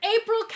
April